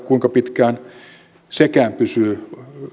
kuinka pitkään sekään pysyy